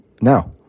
now